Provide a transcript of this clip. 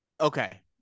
okay